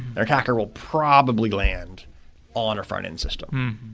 an attacker will probably land on a frontend system.